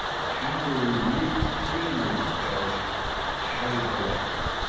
the kangaroo leaped clean over the judge and carried her off!